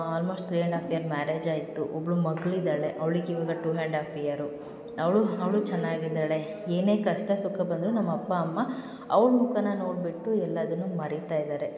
almost three and half year marriage ಆಯಿತು ಒಬ್ಬಳು ಮಗ್ಳು ಇದ್ದಾಳೆ ಅವ್ಳಿಗೆ ಇವಾಗ ಟು ಆ್ಯಂಡ್ ಆಫ್ ಇಯರು ಅವಳು ಅವಳೂ ಚೆನ್ನಾಗಿ ಇದ್ದಾಳೆ ಏನೇ ಕಷ್ಟ ಸುಖ ಬಂದರೂ ನಮ್ಮ ಅಪ್ಪ ಅಮ್ಮ ಅವ್ಳ ಮುಖನ ನೋಡಿಬಿಟ್ಟು ಎಲ್ಲವನ್ನು ಮರಿತಾ ಇದ್ದಾರೆ